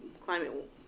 climate